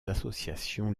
associations